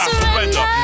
surrender